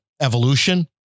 evolution